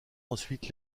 ensuite